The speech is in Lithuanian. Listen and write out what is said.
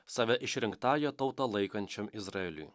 save išrinktąja tauta laikančiam izraeliui